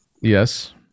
Yes